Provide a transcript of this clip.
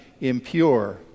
impure